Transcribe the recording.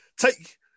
take